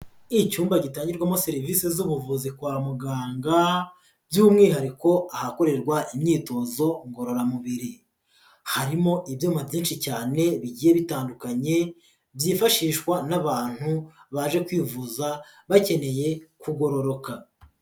Icyumba gitangirwamo serivisi z'ubuvuzi kwa muganga, by'umwihariko ahakorerwa imyitozo ngororamubiri. Harimo ibyuma byinshi cyane bigiye bitandukanye, byifashishwa n'abantu baje kwivuza bakeneye kugororoka.